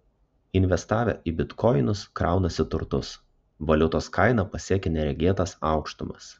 investavę į bitkoinus kraunasi turtus valiutos kaina pasiekė neregėtas aukštumas